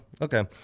okay